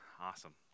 Awesome